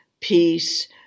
peace